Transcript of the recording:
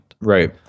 Right